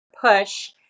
push